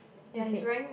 okay